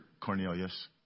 Cornelius